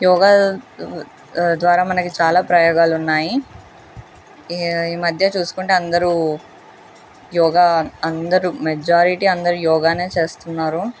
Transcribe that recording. యోగా ద్వారా మనకి చాలా ప్రయోగాలు ఉన్నాయి ఈ ఈ మధ్య చూసుకుంటే అందరూ యోగా అందరూ మెజారిటీ అందరు యోగానే చేస్తున్నారు